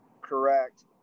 Correct